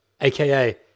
AKA